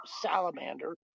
salamander